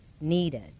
needed